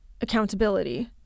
accountability